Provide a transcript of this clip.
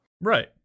right